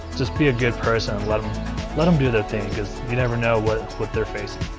just be a good person and let let em do their thing cause you never know what what they're facing.